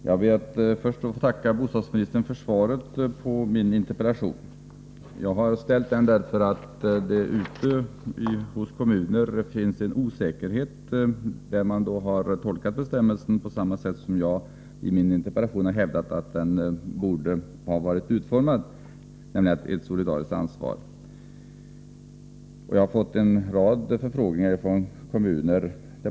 Herr talman! Jag ber att först få tacka bostadsministern för svaret på min interpellation. Jag har framställt den därför att det ute i kommunerna finns en osäkerhet. Man har där tolkat bestämmelsen som om den vore formulerad på det sätt som jag i min interpellation har hävdat att den borde ha varit utformad, nämligen ett solidariskt ansvar. Jag har fått en rad förfrågningar från kommuner.